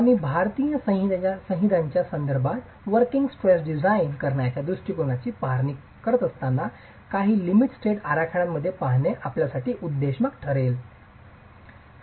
आम्ही भारतीय संहितांच्या संदर्भात वोर्किंग स्ट्रेस डिझाइन करण्याच्या दृष्टिकोनाची पाहणी करीत असताना काही लिमिट स्टेट आराखड्याकडे पाहणे आपल्यासाठी उपदेशात्मक ठरेल